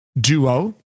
duo